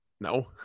No